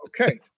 Okay